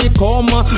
come